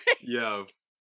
Yes